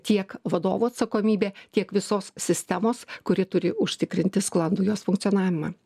tiek vadovų atsakomybė tiek visos sistemos kuri turi užtikrinti sklandų jos funkcionavimą